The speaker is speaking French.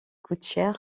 coûtent